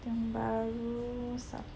Tiong Bahru safari